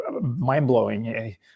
mind-blowing